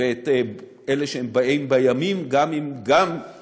ואת אלה שהם באים בימים גם כאשר,